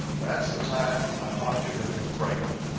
that's the time i ought to have been frightened,